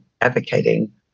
advocating